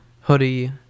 hoodie